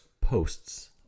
posts